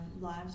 lives